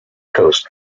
coast